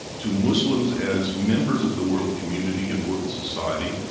to muslims as members of the world community and world society,